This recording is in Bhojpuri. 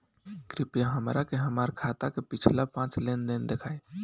कृपया हमरा के हमार खाता के पिछला पांच लेनदेन देखाईं